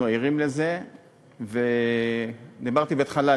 אנחנו ערים לזה ודיברתי בהתחלה,